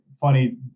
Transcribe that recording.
funny